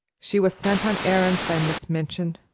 she was sent on errands by miss minchin,